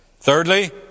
Thirdly